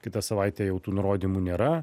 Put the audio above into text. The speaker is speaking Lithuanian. kitą savaitę jau tų nurodymų nėra